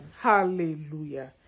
Hallelujah